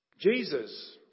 Jesus